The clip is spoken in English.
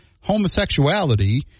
homosexuality